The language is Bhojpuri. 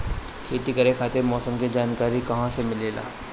खेती करे खातिर मौसम के जानकारी कहाँसे मिलेला?